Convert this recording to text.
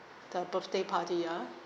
the birthday party ah